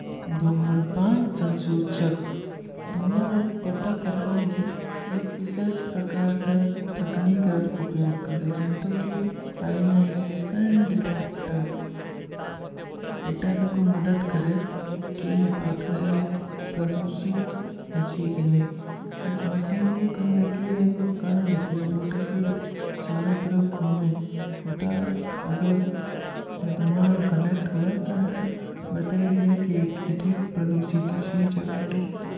ଦୁମରପାନ ସଂସୂଚକ ଦୁମାର ଔର ପ୍ରତା କରବାଲେ ଏକ ଵିଶଯସ ପ୍ରକାର ଠକନୀଗର ଉପ୍ଯୋଗ କରେଂ ଜିନ୍ତୋ କୀ ଆଯନାଈଜେଶନ ଡିଟେକ୍ଟର ଇତା ଥା କୋ ମଦଦ କରେଂ କୀ ହୈ ପାକରେଂ ପ୍ରଦୂସିତ ଅଚ୍ଛୀ କୀ ନହୀଂ ହୈଟ ମସୀନ ରୂଖଲେ କୀ ଏଗୋ କଣ ନିକଲେ ଜୋଟା କୀ ଚାରୋ ତରବ ଘୂମେଂ ହୈଟା ଅଗର ଦୁମାର ଵୋ କନେକ୍ଟ ହୁଆ ଥା ହୈଟା ବତେଦୀ ହୈ କୀ ଇଠେ ପ୍ରଦୂସିତ ଅଚ୍ଛୀ ଜଗଟ।